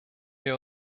wir